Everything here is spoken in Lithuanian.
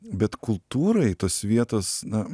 bet kultūrai tos vietos na